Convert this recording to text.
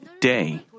day